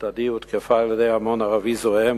הצדדי הותקפה על-ידי המון ערבי זועם,